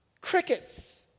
Crickets